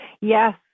Yes